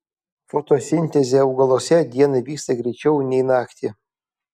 fotosintezė augaluose dieną vyksta greičiau nei naktį